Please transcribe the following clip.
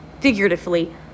figuratively